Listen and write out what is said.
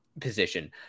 position